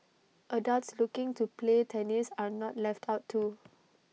adults looking to play tennis are not left out too